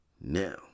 Now